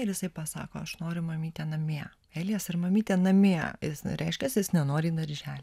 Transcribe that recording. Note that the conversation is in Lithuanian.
ir jisai pasako aš noriu mamytė namie elijas ir mamytė namie jis na reiškias jis nenori į darželį